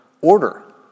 order